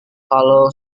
kalau